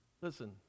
Listen